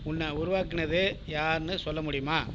உன்னை உருவாக்குனது யார்ன்னு சொல்ல முடியுமா